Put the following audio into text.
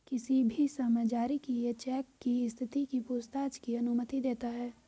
किसी भी समय जारी किए चेक की स्थिति की पूछताछ की अनुमति देता है